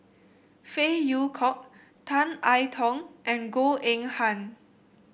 Phey Yew Kok Tan I Tong and Goh Eng Han